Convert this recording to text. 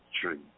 tree